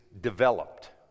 Developed